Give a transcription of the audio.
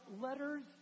letters